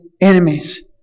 enemies